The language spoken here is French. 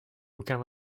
aucun